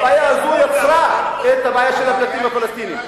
הבעיה הזאת יצרה את הבעיה של הפליטים הפלסטינים.